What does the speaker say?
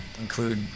include